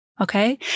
Okay